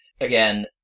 again